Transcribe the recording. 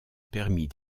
permis